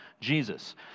Jesus